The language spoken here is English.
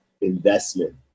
investment